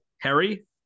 Harry